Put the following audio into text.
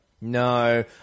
No